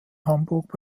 hamburg